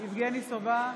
יבגני סובה,